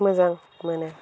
मोजां मोनो